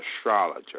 astrologer